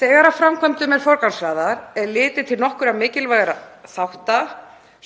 Þegar framkvæmdum er forgangsraðað er litið til nokkurra mikilvægra þátta,